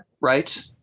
right